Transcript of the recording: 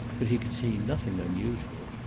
but he could see nothing unusual.